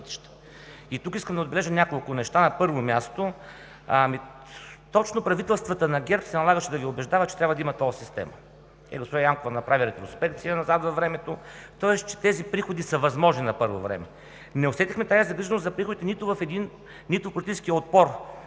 Тук искам да отбележа няколко неща. На първо място, точно правителствата на ГЕРБ се налагаше да Ви убеждават, че трябва да има тол система. Госпожа Янкова направи ретроспекция назад във времето, тоест че тези приходи са възможни на първо време. Не усетихме тази загриженост за приходите нито в политическия отпор